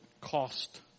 cost